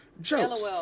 Jokes